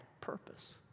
purpose